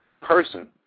person